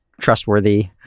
trustworthy